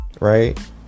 right